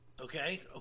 Okay